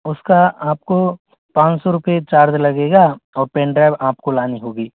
उसका आपको पाँच सौ रुपये चार्ज लगेगा और पेन ड्राइव आपको लानी होगी